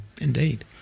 Indeed